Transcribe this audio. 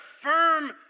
firm